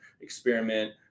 experiment